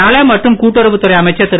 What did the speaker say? நல மற்றும் கூட்டுறவுத்துறை அமைச்சர் திரு